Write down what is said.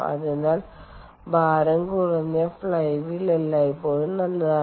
അതിനാൽ ഭാരം കുറഞ്ഞ ഫ്ലൈ വീൽ എല്ലായ്പ്പോഴും നല്ലതാണ്